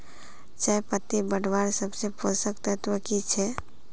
चयपत्ति बढ़वार सबसे पोषक तत्व की छे?